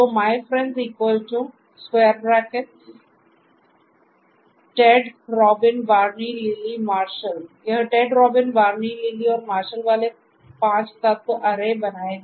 तो myfriends"Ted""Robin""Barney""Lily""Marshal" यह Ted Robin Barney Lily और मार्शल वाले 5 तत्व अरे बनाएगा